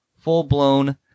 full-blown